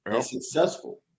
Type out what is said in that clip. successful